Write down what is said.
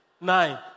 Nine